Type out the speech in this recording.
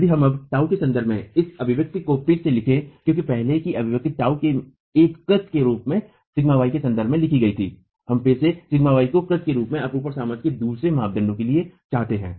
यदि हम अब τ के संदर्भ में इस अभिव्यक्ति को फिर से लिखते हैं क्योंकि पहले की अभिव्यक्ति τ के एक कृत्य के रूप में σy के संदर्भ में लिखी गई थी हम फिर से σy को कृत्य के रूप में अपरूपण सामर्थ्य के दूसरे मानदंड के लिए चाहते हैं